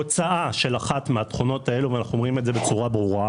הוצאה של אחת התכונות האלה ואנו אומרים זאת בצורה ברורה